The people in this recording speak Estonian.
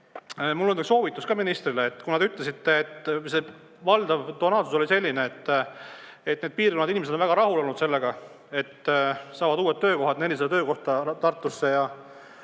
mul on soovitus ministrile. Te ütlesite, et valdav tonaalsus oli selline, et need piirkonnad, inimesed on väga rahul olnud sellega, et saavad uued töökohad, 400 töökohta Tartusse, ja